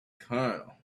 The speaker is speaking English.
colonel